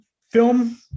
Film